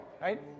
right